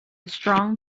strong